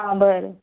आ बरें